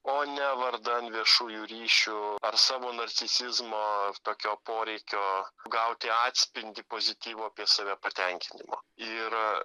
o ne vardan viešųjų ryšių ar savo narcisizmo tokio poreikio gauti atspindį pozityvo apie save patenkinimo ir